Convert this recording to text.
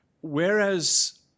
whereas